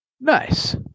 Nice